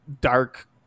dark